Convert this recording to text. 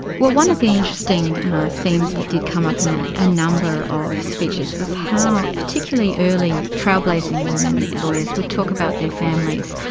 but one of the interesting themes that did come up in a ah number of speeches was how particularly early trailblazing women lawyers would talk about their families,